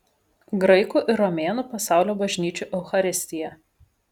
graikų ir romėnų pasaulio bažnyčių eucharistija